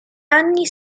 anni